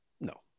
No